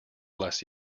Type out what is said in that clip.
bless